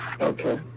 Okay